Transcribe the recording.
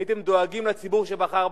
הייתם דואגים לציבור שבחר בכם.